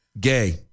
Gay